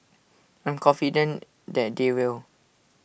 I'm confident that they will